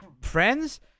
friends